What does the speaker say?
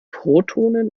protonen